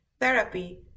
therapy